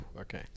okay